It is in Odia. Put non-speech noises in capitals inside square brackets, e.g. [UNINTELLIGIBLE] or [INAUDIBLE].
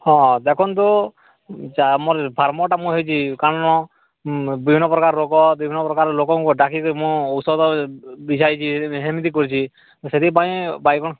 ହଁ ଦେଖନ୍ତୁ ଆମର [UNINTELLIGIBLE] କାମମଟା ହେଇଛି କାରଣ ବିଭିନ୍ନ ପ୍ରକାର ରୋଗ ବିଭିନ୍ନ ପ୍ରକାର ଲୋକଙ୍କୁ ଡାକି କି ମୁଁ ଔଷଧ ବିଛାଇଛି ମୁଁ ହେମିତି କରିଛି ସେଥି ପାଇଁ ବାଇଗଣ